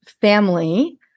family